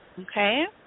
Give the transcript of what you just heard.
okay